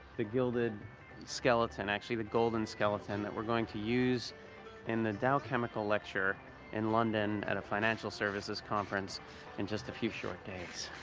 the gilded skeleton, actually the golden skeleton that we're going to use in the dow chemical lecture in london at a financial services conference in just a few short days.